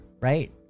right